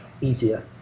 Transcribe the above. easier